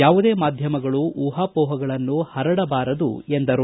ಯಾವುದೇ ಮಾಧ್ಯಮಗಳೂ ಊಹಾಪೋಹಗಳನ್ನು ಹರಡಬಾರದು ಎಂದರು